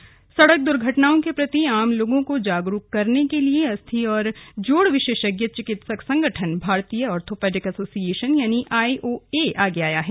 जागरूकता सड़क द्र्घटनाओं के प्रति आम लोगों को जागरूक करने के लिए अस्थि और जोड़ विशेषज्ञ चिकित्सक संगठन भारतीय आर्थोपेडिक एसोसिएशन यानि आईओए आगे आया है